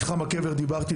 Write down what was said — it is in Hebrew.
על מתחם הקבר דיברתי,